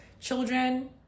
children